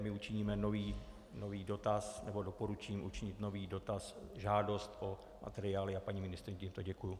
My učiníme nový dotaz, nebo doporučím učinit nový dotaz, žádost o materiály, a paní ministryni tímto děkuji.